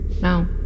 No